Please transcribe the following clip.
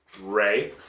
Ray